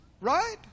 right